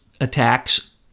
attacks